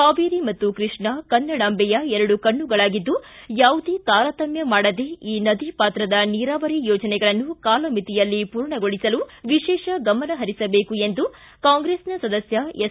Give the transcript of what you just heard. ಕಾವೇರಿ ಮತ್ತು ಕೃಷ್ಣ ಕನ್ನಡಾಂಬೆಯ ಎರಡು ಕಣ್ಣಗಳಾಗಿದ್ದು ಯಾವುದೇ ತಾರತಮ್ಮ ಮಾಡದೇ ಈ ನದಿ ಪಾತ್ರದ ನೀರಾವರಿ ಯೋಜನೆಗಳನ್ನು ಕಾಲಮಿತಿಯಲ್ಲಿ ಪೂರ್ಣಗೊಳಿಸಲು ವಿಶೇಷ ಗಮನಹರಿಸಬೇಕೆಂದು ಕಾಂಗ್ರೆಸ್ನ ಸದಸ್ಯ ಎಸ್